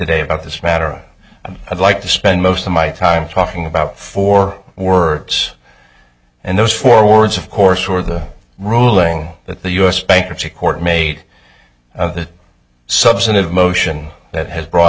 today about this matter i'd like to spend most of my time talking about four words and those four words of course were the ruling that the u s bankruptcy court made the substantive motion that has brought